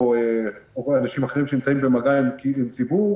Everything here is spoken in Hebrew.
או אנשים אחרים שנמצאים במגע עם ציבור.